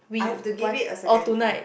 I have to give it a second try